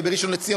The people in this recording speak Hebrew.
ובראשון-לציון,